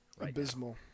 abysmal